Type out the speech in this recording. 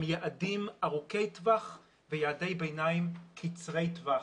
עם יעדים ארוכי טווח ויעדי ביניים קצרי טווח.